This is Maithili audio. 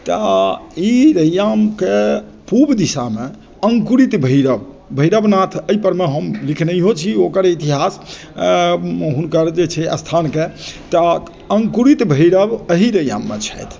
तऽ ई रैयामके पूर्व दिशामे अङ्कुरित भैरव भैरव नाथ एहि परमे हम लिखनेहो छी ओकर इतिहास हुनकर जे छै स्थानके तऽ अङ्कुरित भैरव एही रैयाममे छथि